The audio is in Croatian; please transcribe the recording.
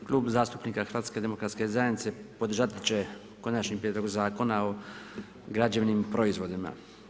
Klub zastupnika HDZ-a podržati će Konačni prijedlog Zakona o građevnim proizvodima.